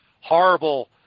horrible